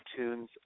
iTunes